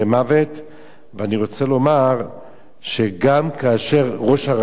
ואני רוצה לומר שגם כאשר ראש הרשות לא חתם,